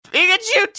Pikachu